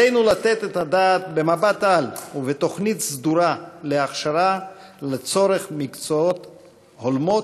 עלינו לתת את הדעת במבט-על ובתוכנית סדורה על הכשרה במקצועות הולמים,